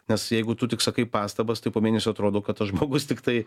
nes jeigu tu tik sakai pastabas tai po mėnesio atrodo kad tas žmogus tiktai